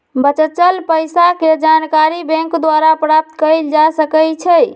बच्चल पइसाके जानकारी बैंक द्वारा प्राप्त कएल जा सकइ छै